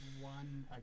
One